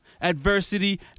Adversity